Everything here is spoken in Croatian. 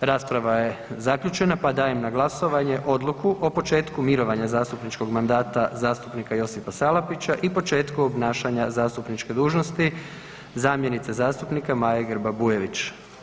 rasprava je zaključena pa dajem na glasovanje odluku o početku mirovanja zastupničkog mandata zastupnika Josipa Salapića i početku obnašanja zastupniče dužnosti zamjenice zastupnika Maje Grba Bujević.